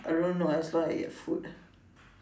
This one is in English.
I don't know as far I get food